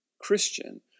Christian